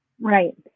Right